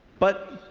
but